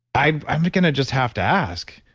i'm i'm going to just have to ask,